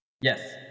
Yes